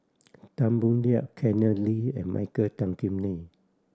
Tan Boo Liat Kenneth Lee and Michael Tan Kim Nei